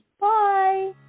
Bye